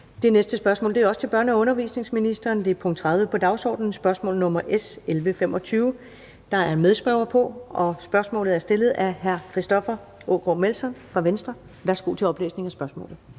Det næste spørgsmål er også til børne- og undervisningsministeren, og det er punkt 30 på dagsordenen, spørgsmål nr. S 1125. Der er medspørger på, og spørgsmålet er stillet af hr. Christoffer Aagaard Melson fra Venstre. Kl. 16:41 Spm.